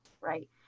right